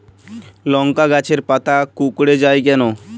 লংকা গাছের পাতা কুকড়ে যায় কেনো?